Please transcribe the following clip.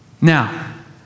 Now